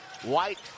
White